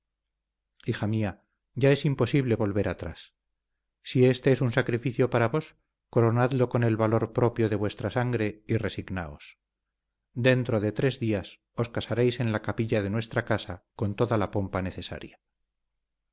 hija mía ya es imposible volver atrás si este es un sacrificio para vos coronadlo con el valor propio de vuestra sangre y resignaos dentro de tres días os casaréis en la capilla de nuestra casa con toda la pompa necesaria